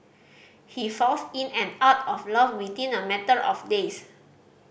he falls in and out of love within a matter of days